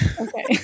Okay